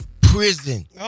prison